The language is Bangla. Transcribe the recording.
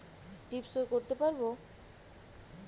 টিপ সই করতে পারবো?